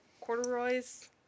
corduroys